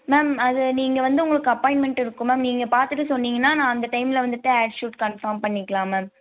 ma'am அது நீங்கள் வந்து உங்களுக்கு அப்பாயின்மென்ட் இருக்கும் மேம் நீங்கள் பார்த்துட்டு சொன்னிங்கன்னால் நான் அந்த டைமில் வந்துட்டு ஆட் ஷூட் கன்ஃபார்ம் பண்ணிக்கலாம் மேம்